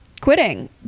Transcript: quitting